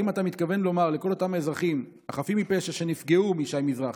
האם אתה מתכוון לומר לכל אותם האזרחים החפים מפשע שנפגעו משי מזרחי,